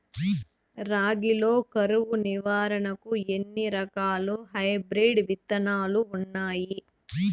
రాగి లో కరువు నివారణకు ఎన్ని రకాల హైబ్రిడ్ విత్తనాలు ఉన్నాయి